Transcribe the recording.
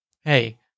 Hey